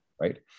Right